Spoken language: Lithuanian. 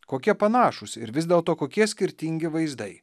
kokie panašūs ir vis dėlto kokie skirtingi vaizdai